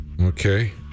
Okay